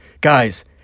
Guys